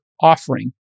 offering